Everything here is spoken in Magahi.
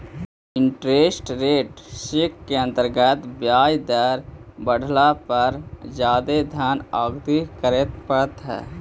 इंटरेस्ट रेट रिस्क के अंतर्गत ब्याज दर बढ़ला पर जादे धन अदायगी करे पड़ऽ हई